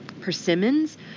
Persimmons